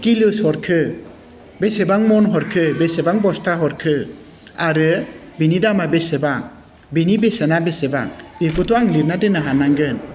किल'स हरखो बेसेबां मन हरखो बेसेबां बस्था हरखो आरो बिनि दामा बेसेबां बिनि बेसेना बेसेबां बेखौथ'आं लिरना दोन्नो हानांगोन